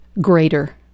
greater